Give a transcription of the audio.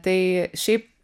tai šiaip